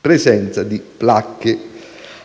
presenza di placche pleuriche. Egli